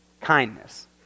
kindness